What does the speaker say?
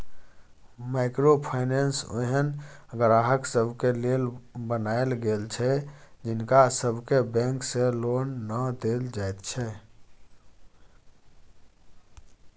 micro finance ओहेन ग्राहक सबके लेल बनायल गेल छै जिनका सबके बैंक से लोन नै देल जाइत छै